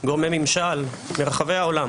גורמי ממשל מרחבי העולם,